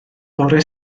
bore